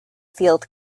field